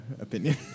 opinion